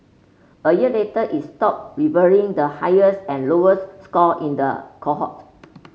a year later its stopped revealing the highest and lowest score in the cohort